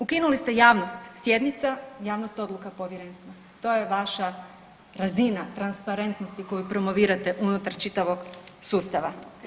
Ukinuli ste javnost sjednica, javnost odluka povjerenstva to je vaša razina transparentnosti koju promovirate unutar čitavog sustava.